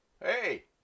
Hey